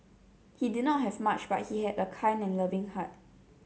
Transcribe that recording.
he did not have much but he had a kind and loving heart